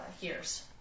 years